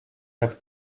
have